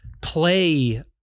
play